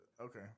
Okay